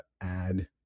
add